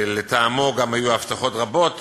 ולטעמו גם היו הבטחות רבות